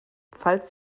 falls